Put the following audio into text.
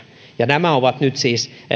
ja nämä ovat nyt siis